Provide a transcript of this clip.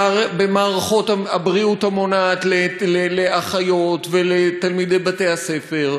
במערכות הבריאות המונעת לתלמידי בתי-הספר,